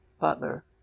butler